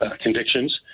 convictions